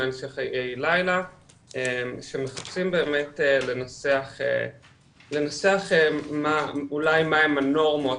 מאנשי חיי לילה שמחפשים באמת לנסח אולי מהן הנורמות,